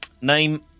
Name